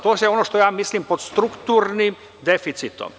To je ono što ja mislim pod strukturnim deficitom.